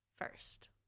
first